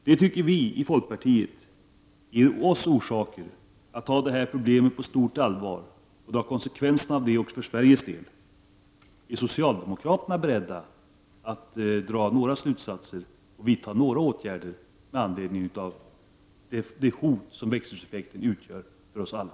Det tycker vi i folkpartiet ger oss skäl att ta det här problemet på stort allvar och dra konsekvenserna av det också för Sveriges del. Är socialdemokraterna beredda att dra några slutsatser och vidta några åtgärder med anledning av det hot som växthuseffekten utgör för oss alla?